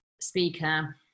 speaker